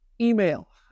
email